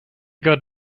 got